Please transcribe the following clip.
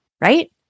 right